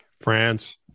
France